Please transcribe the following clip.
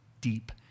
deep